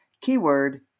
Keyword